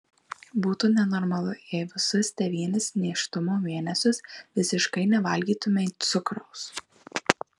būtų nenormalu jei visus devynis nėštumo mėnesius visiškai nevalgytumei cukraus